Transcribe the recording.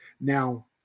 Now